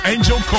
Angel